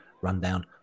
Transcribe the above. rundown